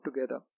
together